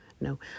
No